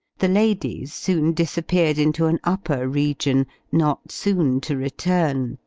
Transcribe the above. the ladies soon disappeared into an upper region, not soon to return,